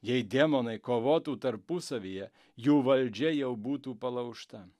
jei demonai kovotų tarpusavyje jų valdžia jau būtų palaužta